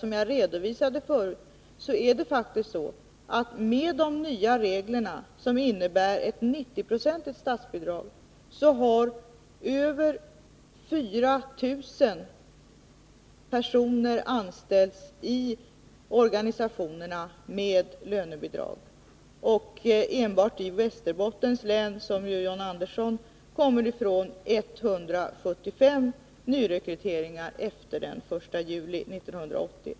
Som jag redovisade förut är det nämligen så att genom de nya reglerna, som innebär ett 90-procentigt statsbidrag, har över 4 000 personer anställts i organisationerna med lönebidrag. Enbart i Västerbottens län, som ju John Andersson kommer från, har 175 nyrekryteringar gjorts efter den 1 juli 1980.